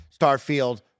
Starfield